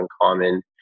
uncommon